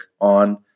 on